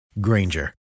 Granger